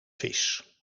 vis